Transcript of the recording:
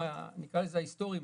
התרחישים ההיסטוריים,